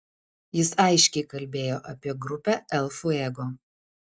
jis aiškiai kalbėjo apie grupę el fuego